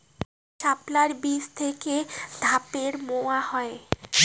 শাপলার বীজ থেকে ঢ্যাপের মোয়া হয়?